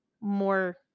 more